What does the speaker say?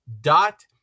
dot